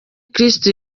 kristo